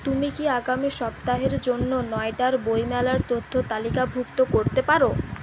তুমি কি আগামী সপ্তাহের জন্য নয়ডার বইমেলার তথ্য তালিকাভুক্ত করতে পারো